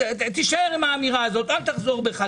תישאר עם האמירה הזאת, אל תחזור בך.